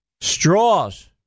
straws